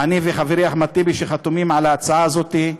אני וחברי אחמד טיבי חתומים על ההצעה הזאת,